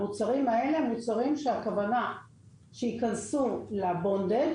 המוצרים האלה הם מוצרים שהכוונה שייכנסו לבונדד,